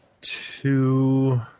two